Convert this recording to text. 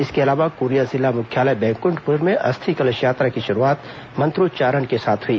इसके अलावा कोरिया जिला मुख्यालय बैकुंठपुर में अस्थि कलश यात्रा की शुरूआत मंत्रोच्चारण के साथ हई